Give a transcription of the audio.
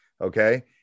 Okay